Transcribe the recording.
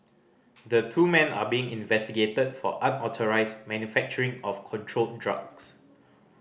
the two men are being investigated for unauthorised manufacturing of controlled drugs